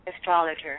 astrologer